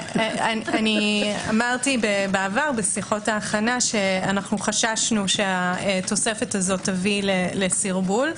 אמרתי בעבר בשיחות ההכנה שחששנו שהתוספת הזו תביא לסרבול.